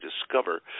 discover